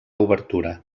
obertura